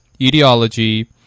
etiology